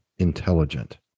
intelligent